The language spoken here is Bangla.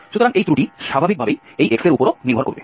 সুতরাং এই ত্রুটি স্বাভাবিকভাবেই এই x এর উপরও নির্ভর করবে